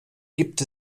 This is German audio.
gibt